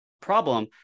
problem